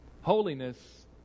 Holiness